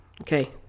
Okay